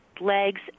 legs